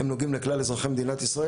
הם נותנים לכלל אזרחי מדינת ישראל,